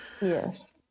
Yes